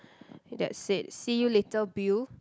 that said see you later Bill